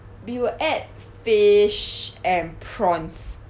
we will add fish and prawns